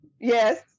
Yes